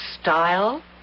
style